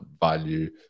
value